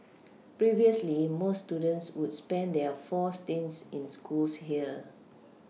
previously most students would spend their four stints in schools here